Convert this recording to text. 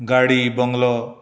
गाडी बंगलो